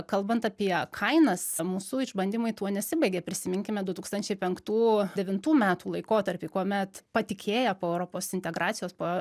kalbant apie kainas mūsų išbandymai tuo nesibaigė prisiminkime du tūkstančiai penktų devintų metų laikotarpį kuomet patikėję po europos integracijos po